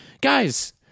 guys